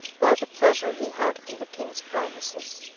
by the pleasure he had from the king's promises.